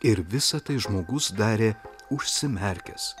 ir visa tai žmogus darė užsimerkęs